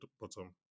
Bottom